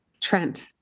Trent